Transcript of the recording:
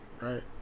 right